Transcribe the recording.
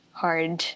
hard